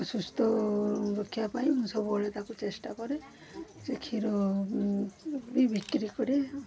ସୁସ୍ଥ ରଖିବା ପାଇଁ ମୁଁ ସବୁବେଳେ ତାକୁ ଚେଷ୍ଟା କରେ ସେ କ୍ଷୀର ବି ବିକ୍ରି କରେ